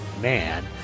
man